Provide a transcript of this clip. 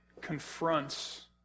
confronts